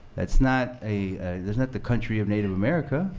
that's not a that's not the country of native america,